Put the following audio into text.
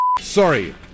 sorry